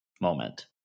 moment